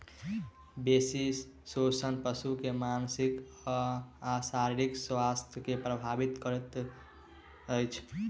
बेसी शोषण पशु के मानसिक आ शारीरिक स्वास्थ्य के प्रभावित करैत अछि